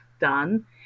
done